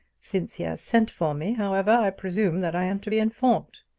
since he has sent for me, however, i presume that i am to be informed.